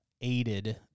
aided